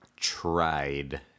Tried